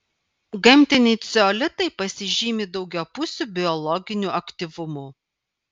gamtiniai ceolitai pasižymi daugiapusiu biologiniu aktyvumu